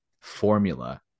formula